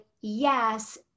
yes